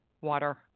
water